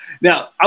Now